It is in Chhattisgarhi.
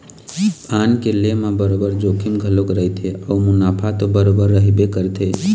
बांड के लेय म बरोबर जोखिम घलोक रहिथे अउ मुनाफा तो बरोबर रहिबे करथे